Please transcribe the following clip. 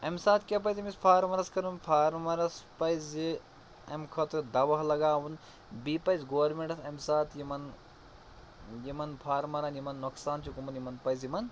اَمہِ ساتہٕ کیٛاہ پَزِ أمِس فارمَرَس کَرُن فارمَرَس پَزِ اَمہِ خٲطرٕ دَوا لَگاوُن بیٚیہِ پَزِ گورمنٹَس اَمہِ ساتہٕ یِمَن یِمَن فارمَرَن یِمَن نۄقصان چھُ گوٚمُت یِمَن پَزِ یِمَن